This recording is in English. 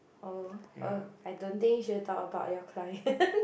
oh uh I don't think should talk about your client